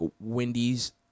Wendy's